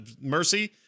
Mercy